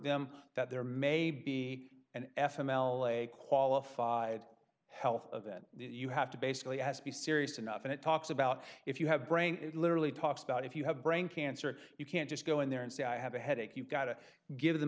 them that there may be an f m l a qualified health of that you have to basically has to be serious enough it talks about if you have brain it literally talks about if you have brain cancer you can't just go in there and say i have a headache you've got to give them